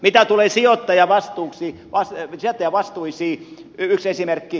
mitä tulee sijoittajavastuisiin yksi esimerkki